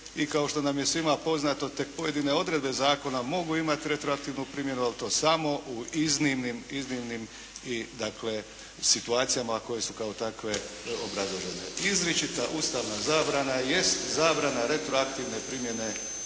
i kao što nam je svima poznato tek pojedine odredbe zakona mogu imati retroaktivnu primjenu, ali to samo u iznimnim, iznimnim situacijama koje su kao takve obrazložene. Izričita ustavna zabrana jest zabrana retroaktivne primjene